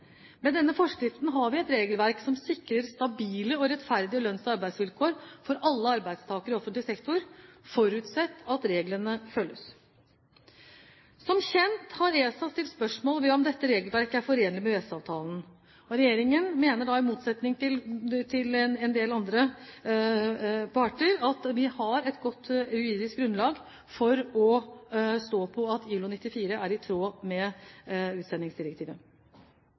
Med denne forskriften har vi et regelverk som sikrer stabile og rettferdige lønns- og arbeidsvilkår for alle arbeidstakere i offentlig sektor, forutsatt at reglene følges. Som kjent har ESA stilt spørsmål ved om dette regelverket er forenlig med EØS-avtalen. Regjeringen mener – i motsetning til en del andre parter – at vi har et godt juridisk grunnlag for å mene at ILO-konvensjon nr. 94 er i tråd med utsendingsdirektivet.